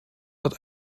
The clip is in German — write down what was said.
hat